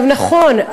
נכון,